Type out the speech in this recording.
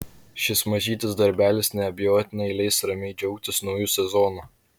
šis mažytis darbelis neabejotinai leis ramiai džiaugtis nauju sezonu